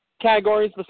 categories